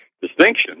distinction